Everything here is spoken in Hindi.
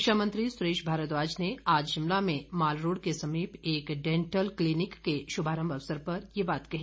शिक्षा मंत्री सुरेश भारद्वाज ने आज शिमला में माल रोड़ के समीप एक डेंटल क्लीनिक के शुभारंभ अवसर पर ये बात कही